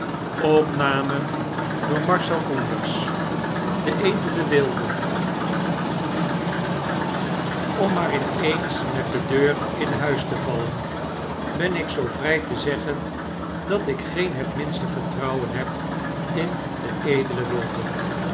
de edele wilde om maar in eens met de deur in huis te vallen ben ik zoo vrij te zeggen dat ik geen het minste vertrouwen heb in den edelen wilde